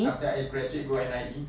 after I graduate go N_I_E